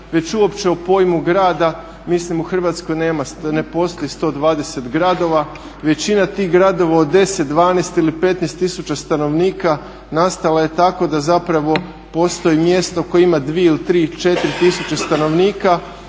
već uopće o pojmu grada, mislim u Hrvatskoj ne postoji 120 gradova. Većina tih gradova od 10, 12 ili 15 tisuća stanovnika nastala je tako da zapravo postoji mjesto koje ima 2 ili 3 ili 4 tisuće stanovnika